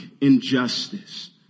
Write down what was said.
injustice